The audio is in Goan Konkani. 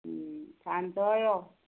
सांचो यो